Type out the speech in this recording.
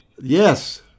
yes